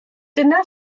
dyna